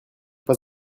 pas